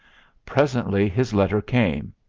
presently his letter came,